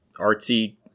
artsy